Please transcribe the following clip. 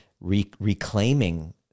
reclaiming